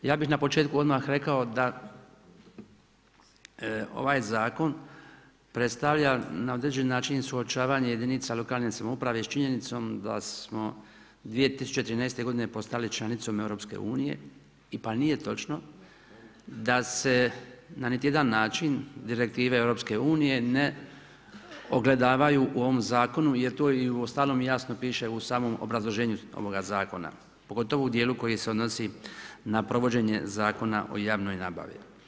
Ja bih na početku odmah rekao da ovaj zakon predstavlja na određeni način i suočavanje jedinica lokalne samouprave sa činjenicom da smo 2013. godine postali članicom EU, nije točno da se na niti jedan način direktive EU-a ne ogledavaju u ovom zakonu jer to je i uostalom piše u samom obrazloženju ovoga zakona, pogotovo u djelu koji se odnosi na provođenja Zakona o javnoj nabavi.